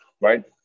right